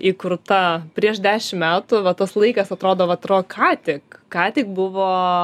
įkurta prieš dešim metų va tas laikas atrodo va atro ką tik ką tik buvo